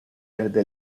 desde